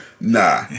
Nah